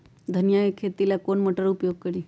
धनिया के खेती ला कौन मोटर उपयोग करी?